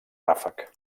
ràfec